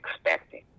expecting